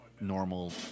normal